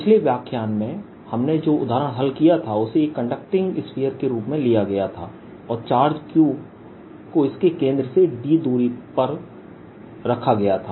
पिछले व्याख्यान में हमने जो उदाहरण हल किया था उसे एक कंडक्टिंग स्फीयर के रूप में लिया गया था और चार्ज Q को इसके केंद्र से d दूरी पर में रखा गया था